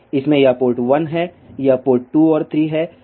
इसमें यह पोर्ट 1 है यह पोर्ट 2 और 3 है और यह पोर्ट 4 है